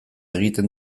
egiten